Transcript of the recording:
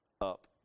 up